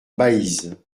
baïse